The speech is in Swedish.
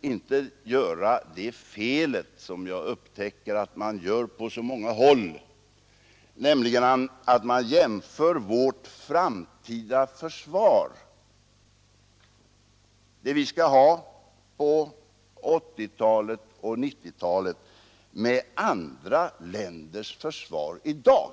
inte begå det fel som jag har upptäckt att man gör på så många håll, nämligen att man jämför vårt framtida försvar — det vi skall ha på 1980 och 1990-talen — med andra länders försvar i dag.